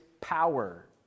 power